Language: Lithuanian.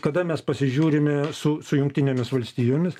kada mes pasižiūrime su su jungtinėmis valstijomis